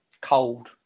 cold